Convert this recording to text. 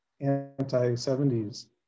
anti-70s